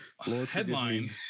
headline